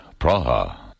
Praha